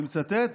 אני מצטט